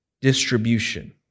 distribution